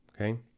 okay